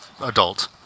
adult